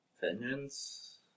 Vengeance